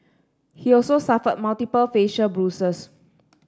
he also suffered multiple facial bruises